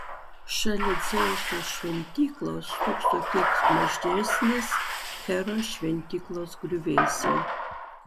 šalia dzeuso šventyklos stūkso kiek mažesnės heros šventyklos griuvėsiai